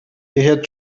had